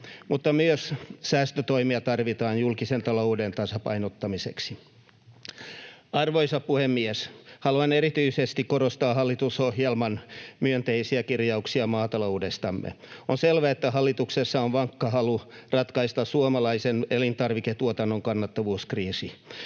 mutta myös säästötoimia tarvitaan julkisen talouden tasapainottamiseksi. Arvoisa puhemies! Haluan erityisesti korostaa hallitusohjelman myönteisiä kirjauksia maataloudestamme. On selvää, että hallituksessa on vankka halu ratkaista suomalaisen elintarviketuotannon kannattavuuskriisi.